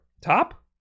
top